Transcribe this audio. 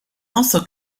also